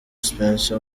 spencer